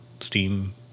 steam